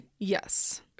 Yes